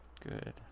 Good